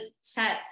set